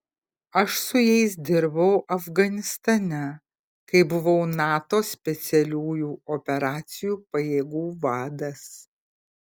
aš su jais dirbau afganistane kai buvau nato specialiųjų operacijų pajėgų vadas